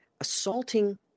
assaulting